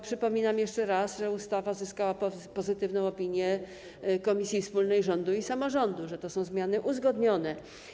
Przypominam jeszcze raz, że ustawa uzyskała pozytywną opinię komisji wspólnej rządu i samorządu, to są zmiany uzgodnione.